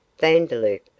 Vandeloup